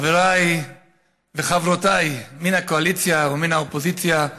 חבריי וחברותיי מן הקואליציה ומן האופוזיציה,